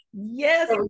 Yes